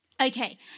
Okay